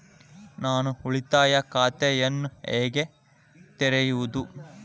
ನಾನು ಉಳಿತಾಯ ಖಾತೆಯನ್ನು ಹೇಗೆ ತೆರೆಯುವುದು?